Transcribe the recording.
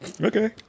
Okay